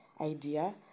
idea